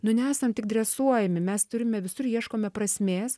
nu nesam tik dresuojami mes turime visur ieškome prasmės